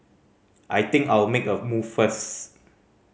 I think I'll make a move first